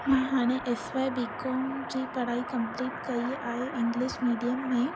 मां हाणे S Y BCom जी पढ़ाई कंप्लीट कई आहे इंग्लिश मीडियम में